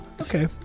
okay